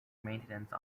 maintenance